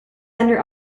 under